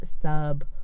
sub